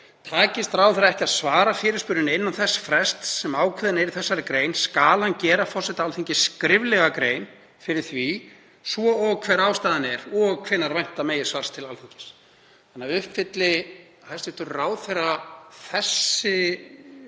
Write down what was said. „Takist ráðherra ekki að svara fyrirspurninni innan þess frests sem ákveðinn er í þessari grein skal hann gera forseta Alþingis skriflega grein fyrir því, svo og hver ástæðan er og hvenær vænta megi svars til Alþingis.“ Þannig að uppfylli hæstv. ráðherra þessi